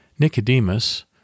Nicodemus